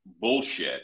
bullshit